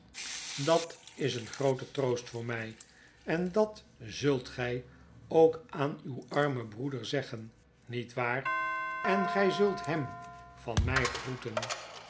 dat is een groote troost voor my en dat zult gy ook aan uw armen broeder zeggen niet waar en gy zult hem van my groeten